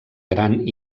gran